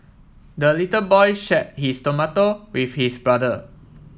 the little boy share his tomato with his brother